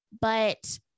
but-